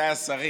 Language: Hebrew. עמיתיי השרים,